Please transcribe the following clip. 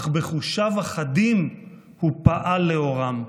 אך בחושיו החדים הוא פעל לאורם.